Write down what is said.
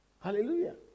Hallelujah